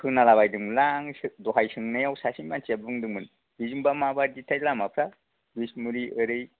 खोनाला बायदोंमोन आं दहाय सोंनायाव सासे मानसिया बुंदोंमोन बेजोंबा मा बायदिथाय लामाफ्रा बिसमुरि ओरै